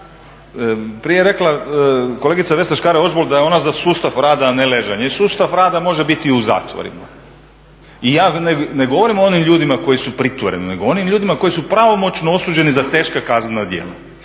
Prije je rekla kolegica Vesna Škare-Ožbolt da je ona za sustav rada, a ne ležanja. I sustav rada može biti i u zatvorima. I ja ne govorim o onim ljudima koji su pritvoreni, nego o onim ljudima koji su pravomoćno osuđeni za teška kazna djela,